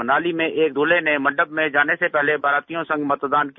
मनाली मे एक दूल्हे ने मंडप मे जाने से पहले बारातियो संग मतदान किया